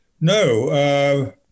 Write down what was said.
No